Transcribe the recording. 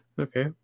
Okay